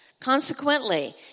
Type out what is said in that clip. Consequently